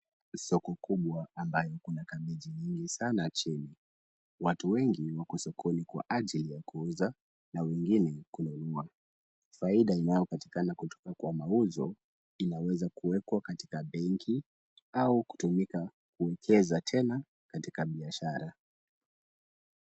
Soko kubwa ambaye kuna kabeji nyingi sana chini. Watu wengi wako sokoni kwa ajili ya kuuza na wengine kununua. Faida inayopatikana kutoka kwa mauzo inaweza kuwekwa kwenye benki au kutumika kuekeza tena katika biashara.